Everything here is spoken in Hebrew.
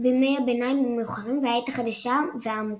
בימי הביניים המאוחרים והעת החדשה המוקדמת.